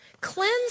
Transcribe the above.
cleanse